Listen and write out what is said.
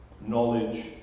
knowledge